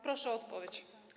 Proszę o odpowiedź.